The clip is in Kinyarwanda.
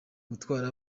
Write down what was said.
gutwara